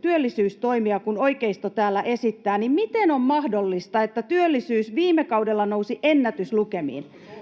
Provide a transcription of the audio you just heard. työllisyystoimia, kuten oikeisto täällä esittää, miten on mahdollista, että työllisyys viime kaudella nousi ennätyslukemiin?